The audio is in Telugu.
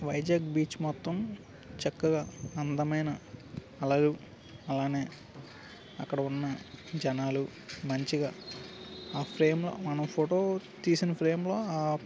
వైజాగ్ బీచ్ మొత్తం చక్కగా అందమైన అలలు అలానే అక్కడ ఉన్న జనాలు మంచిగా ఆ ఫ్రేమ్లో మనం ఫోటో తీసిన ఫ్రేంలో ఆ